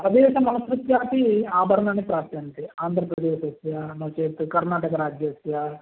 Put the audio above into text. प्रदेशमनुसृत्यापि आभरणानि प्राप्यन्ते आन्ध्रप्रदेशस्य नो चेत् कर्णाटकराज्यस्य